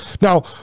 Now